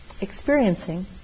experiencing